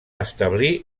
establir